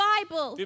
Bible